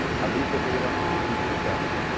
i leave the data on his desk.